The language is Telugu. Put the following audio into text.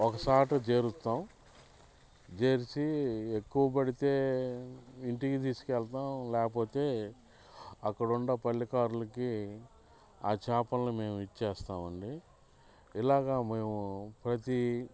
ఒక చోట చేరుస్తాము చేర్చి ఎక్కువ పడితే ఇంటికి తీసుకెళతాము లేకపోతే అక్కడ ఉండే పల్లెకారులకి ఆ చేపల్ని మేము ఇచ్చేస్తాము అండి ఇలాగా మేము ప్రతీ